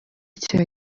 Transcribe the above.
cya